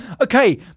okay